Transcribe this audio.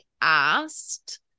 asked